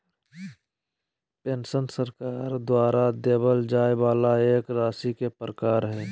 pension सरकार द्वारा देबल जाय वाला एक राशि के प्रकार हय